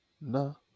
No